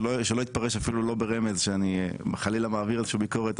שלא יתפרש אפילו לא ברמז שאני חלילה מעביר ביקורת,